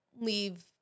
leave